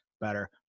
better